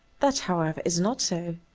that, however, is not so.